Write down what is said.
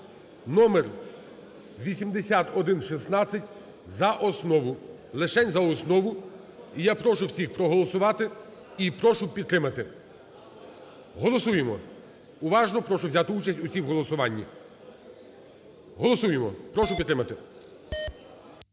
(№ 8116) за основу, лишень за основу. І я прошу всіх проголосувати і прошу підтримати. Голосуємо. Уважно прошу взяти участь всіх в голосуванні. Голосуємо. Прошу підтримати.